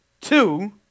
two